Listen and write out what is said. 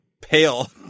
Pale